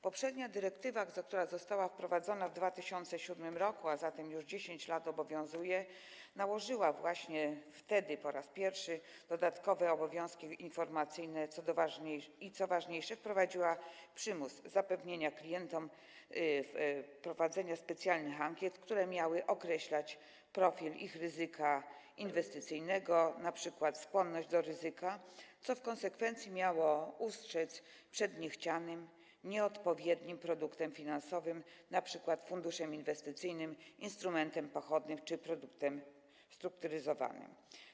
Poprzednia dyrektywa, która została wprowadzona w 2007 r., a zatem obowiązuje już 10 lat, nałożyła właśnie wtedy po raz pierwszy dodatkowe obowiązki informacyjne i, co ważniejsze, wprowadziła przymus zapewnienia klientom prowadzenia specjalnych ankiet, które miały określać profil ich ryzyka inwestycyjnego, np. skłonność do ryzyka, co w konsekwencji miało ich ustrzec przed niechcianym, nieodpowiednim produktem finansowym, np. funduszem inwestycyjnym, instrumentem pochodnym czy produktem strukturyzowanym.